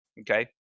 Okay